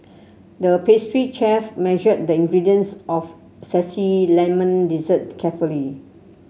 the pastry chef measured the ingredients of zesty lemon dessert carefully